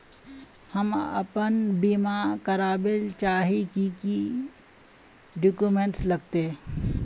हम अपन बीमा करावेल चाहिए की की डक्यूमेंट्स लगते है?